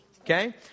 okay